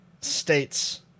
states